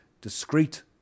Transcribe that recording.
Discrete